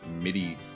MIDI